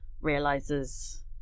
realizes